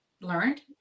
learned